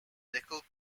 nickel